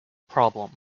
problem